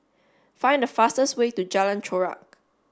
find the fastest way to Jalan Chorak